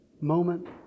moment